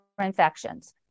infections